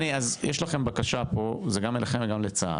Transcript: יש לכם בקשה פה, זה גם אליכם וגם לצה"ל.